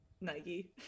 Nike